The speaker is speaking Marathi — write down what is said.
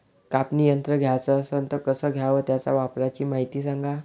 कापनी यंत्र घ्याचं असन त कस घ्याव? त्याच्या वापराची मायती सांगा